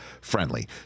friendly